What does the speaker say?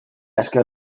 esker